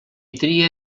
tria